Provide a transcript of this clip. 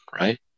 right